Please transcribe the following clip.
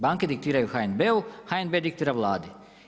Banke diktiraju HNB-u HNB diktira Vladi.